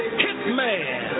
hitman